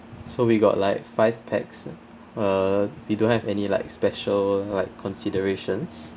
so we got like five pax ah uh you don't have any like special like considerations